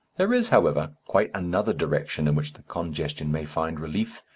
there is, however, quite another direction in which the congestion may find relief,